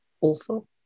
awful